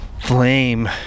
flame